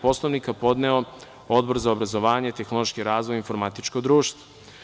Poslovnika podneo Odbor za obrazovanjem tehnološki razvoj i informatičko društvo.